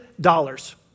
dollars